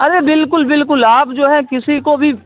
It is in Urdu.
ارے بالکل بالکل آپ جو ہے کسی کو بھی